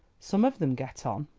some of them get on.